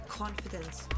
confidence